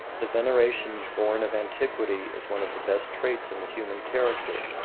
the veneration born of antiquity is one of the best traits in the human character,